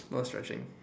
not stretching